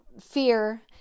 fear